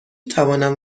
توانم